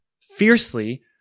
fiercely